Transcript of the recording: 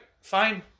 fine